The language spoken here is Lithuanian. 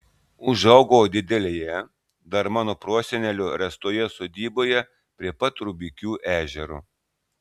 užaugau didelėje dar mano prosenelio ręstoje sodyboje prie pat rubikių ežero